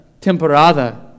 temporada